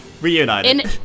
reunited